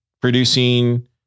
producing